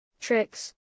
Tricks